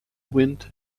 wind